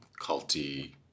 culty